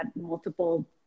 multiple